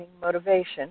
motivation